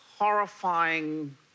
horrifying